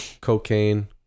Cocaine